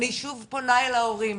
אני שוב פונה אל ההורים,